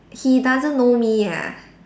he doesn't know me ah